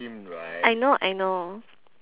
I know I know